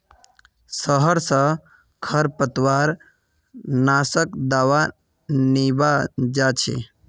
शहर स खरपतवार नाशक दावा लीबा जा छि